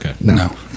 No